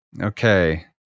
Okay